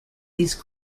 these